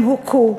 הם הוכו,